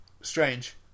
Strange